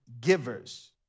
givers